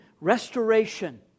restoration